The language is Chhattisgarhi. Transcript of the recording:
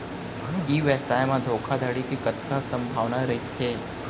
ई व्यवसाय म धोका धड़ी के कतका संभावना रहिथे?